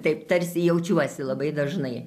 taip tarsi jaučiuosi labai dažnai